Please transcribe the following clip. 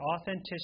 authenticity